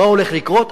מה הולך לקרות,